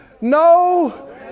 no